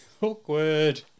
Awkward